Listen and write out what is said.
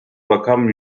rakam